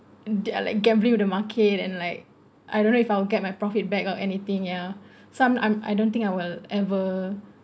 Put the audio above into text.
there're like gambling with the market and like I don't know if I'll get my profit back or anything ya so I'm I don't think I will ever